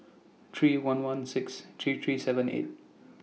three one one six three three seven eight